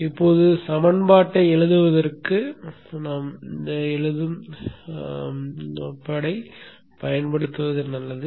இப்போது சமன்பாட்டை எழுதுவதற்கு எழுதும் பலகையைப் பயன்படுத்துவது நல்லது